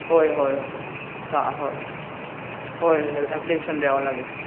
होय होय अच्छा होय होय एप्लिकेशन द्यावं लागेल